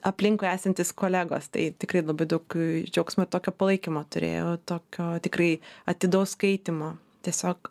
aplinkui esantys kolegos tai tikrai labai daug džiaugsmo ir tokio palaikymo turėjau tokio tikrai atidaus skaitymo tiesiog